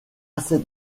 cette